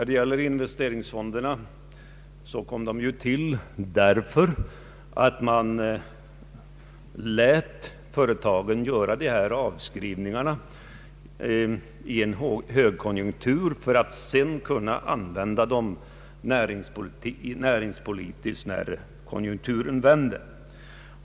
Investeringsfonderna kom ju till därför att man lät företagen göra dessa avskrivningar i en högkonjunktur för att de sedan skulle kunna använda dem näringspolitiskt när konjunkturen vänder.